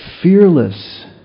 fearless